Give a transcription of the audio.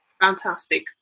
fantastic